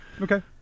Okay